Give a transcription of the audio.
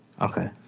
Okay